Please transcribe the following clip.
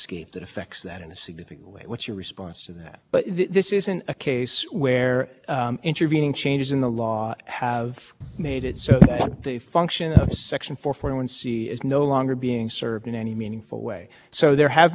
competitive bidding and by professional contracting officers but a large portion of the contracting workforce does not occur through those competitive processes and the incidence of contract